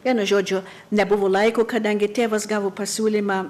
vienu žodžiu nebuvo laiko kadangi tėvas gavo pasiūlymą